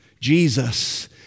Jesus